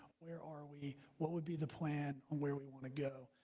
where are we? what would be the plan where we want to go?